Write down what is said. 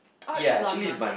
or Elon-Musk